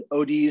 ODs